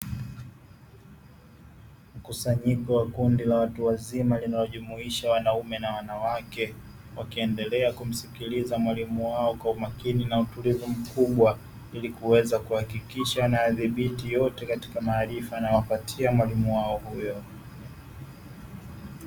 Mkusanyiko la kundi la watu wazima linalojumuisha wanawake na wanaume wakiendelea kumsikiliza mwalimu wao kwa umakini na utulivu mkubwa, ili kuweza kuhakikisha wanayadhibiti yote katika maarifa anayowapatia mwalimu huyo.